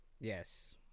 yes